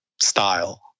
style